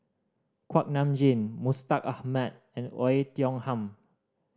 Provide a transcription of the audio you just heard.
Kuak Nam Jin Mustaq Ahmad and Oei Tiong Ham